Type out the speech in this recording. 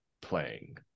playing